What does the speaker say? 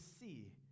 see